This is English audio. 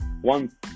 one